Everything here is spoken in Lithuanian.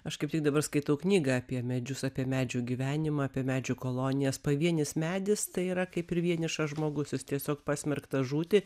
aš kaip tik dabar skaitau knygą apie medžius apie medžių gyvenimą apie medžių kolonijas pavienis medis tai yra kaip ir vienišas žmogus jis tiesiog pasmerktas žūti